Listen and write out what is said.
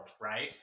right